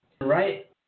Right